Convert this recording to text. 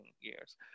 years